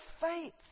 faith